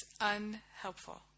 unhelpful